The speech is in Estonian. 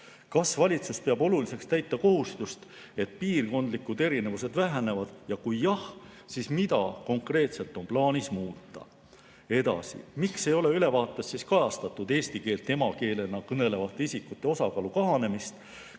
Kas valitsus peab oluliseks täita kohustust, et piirkondlikud erinevused väheneksid? Kui jah, siis mida konkreetselt on plaanis muuta? Edasi, miks ei ole ülevaates kajastatud eesti keelt emakeelena kõnelevate isikute osakaalu kahanemist?